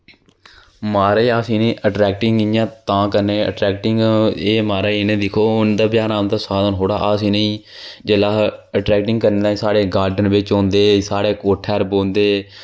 म्हाराज अस इ'नेंगी एटरैक्टिंग इ'यां तां करने एटरैक्टिंग एह् म्हाराज इ'नेंगी दिक्खो इं'दे बगैरां अस इ'नेंगी एटरैक्टिंग करने सारें गार्डन बिच्च औंदे सारै कोठे पर बौंह्दे